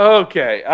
okay